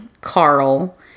Carl